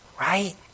Right